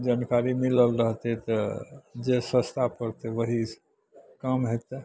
जानकारी मिलल रहतै तऽ जे सस्ता पड़तै ओहीसे काम हेतै